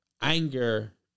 Anger